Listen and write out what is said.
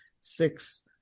six